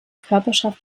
körperschaft